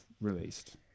released